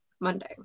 monday